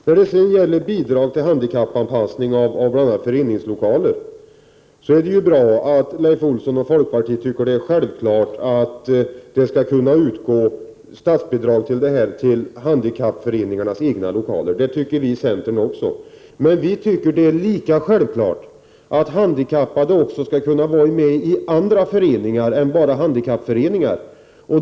När det gäller bidrag till handikappanpassning av bl.a. föreningslokaler är det bra att Leif Olsson och folkpartiet i övrigt tycker att det är självklart att det skall utgå statsbidrag till handikappföreningars egna lokaler. Det tycker vi i centern också. Men vi tycker att det är lika självklart att handikappade också skall kunna vara med i andra föreningar än bara handikappföreningar.